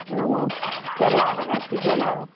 এতিয়া লাইশাকৰ ছিজন আৰু